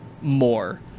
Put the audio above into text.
more